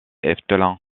efteling